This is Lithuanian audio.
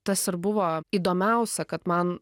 tas ir buvo įdomiausia kad man